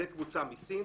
זאת קבוצה מסין